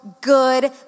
good